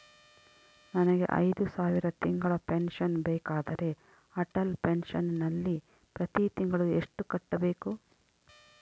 ನನಗೆ ಐದು ಸಾವಿರ ತಿಂಗಳ ಪೆನ್ಶನ್ ಬೇಕಾದರೆ ಅಟಲ್ ಪೆನ್ಶನ್ ನಲ್ಲಿ ಪ್ರತಿ ತಿಂಗಳು ಎಷ್ಟು ಕಟ್ಟಬೇಕು?